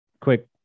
Quick